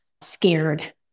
scared